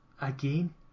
again